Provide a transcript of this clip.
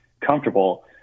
comfortable